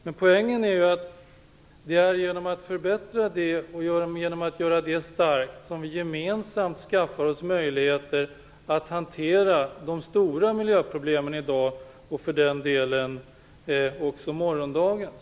Men poängen är att vi genom att förbättra regelverket och göra det starkt skaffar oss möjligheter att hantera de stora miljöproblemen i dag och för den delen också morgondagens.